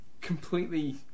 completely